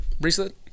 Bracelet